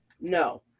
no